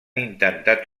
intentat